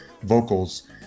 vocals